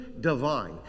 divine